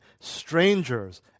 strangers